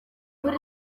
buri